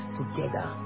together